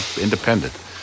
independent